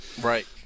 Right